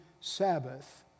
Sabbath